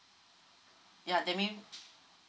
ya that mean